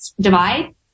divide